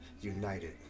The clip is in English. united